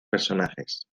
personajes